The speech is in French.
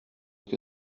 que